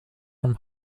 from